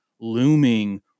looming